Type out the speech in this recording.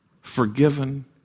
forgiven